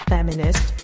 Feminist